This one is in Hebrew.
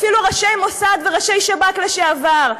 אפילו ראשי מוסד וראשי שב"כ לשעבר,